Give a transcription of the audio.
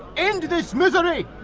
end this misery!